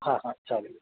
હા ચાલો